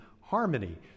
harmony